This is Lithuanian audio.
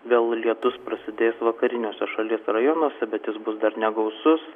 vėl lietus prasidės vakariniuose šalies rajonuose bet jis bus dar negausus